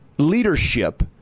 leadership